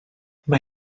mae